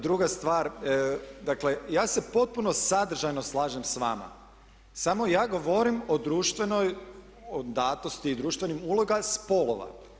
Druga stvar, dakle ja se potpuno sadržajno slažem s vama, samo ja govorim o društvenoj, o datosti i društvenim ulogama spolova.